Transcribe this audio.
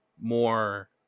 more